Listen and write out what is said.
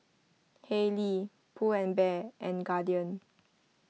Haylee Pull and Bear and Guardian